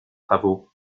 travaux